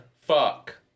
Fuck